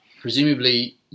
Presumably